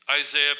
Isaiah